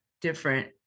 different